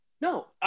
No